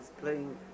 playing